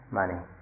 money